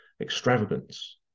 extravagance